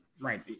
Right